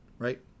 Right